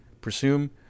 presume